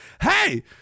Hey